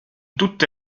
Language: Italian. tutte